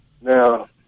Now